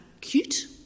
cute